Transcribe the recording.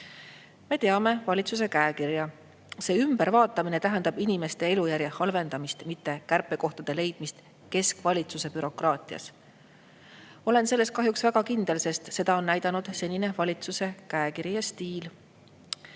Me teame valitsuse käekirja. See ümbervaatamine tähendab inimeste elujärje halvendamist, mitte kärpekohtade leidmist keskvalitsuse bürokraatia[masinas]. Olen selles kahjuks väga kindel, sest seda on näidanud senine valitsuse käekiri ja stiil.